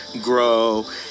grow